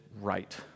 right